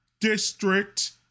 district